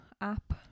app